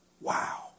Wow